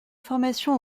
formation